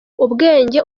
ubwenge